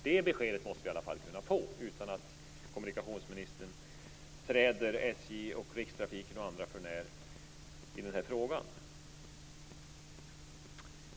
Det besked måste vi kunna få utan att kommunikationsministern träder SJ, Rikstrafiken och andra förnär i den här frågan.